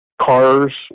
cars